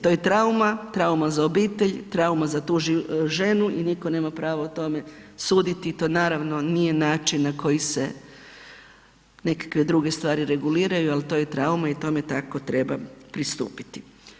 To je trauma, trauma za obitelj, trauma za tu ženu i nitko nema pravo o tome suditi i to naravno nije način na koji se nekakve druge stvari reguliraju ali to je trauma i tome tako treba pristupiti.